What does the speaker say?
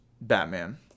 Batman